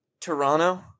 Toronto